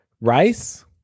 Rice